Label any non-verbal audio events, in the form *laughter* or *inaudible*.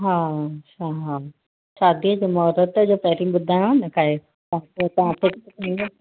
हा अच्छा हा शादीअ जे महूरतु जो पहिरीं ॿुधायो आ न काई *unintelligible*